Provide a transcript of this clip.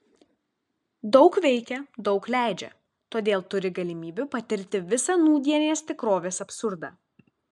daug veikia daug leidžia todėl turi galimybių patirti visą nūdienės tikrovės absurdą